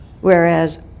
Whereas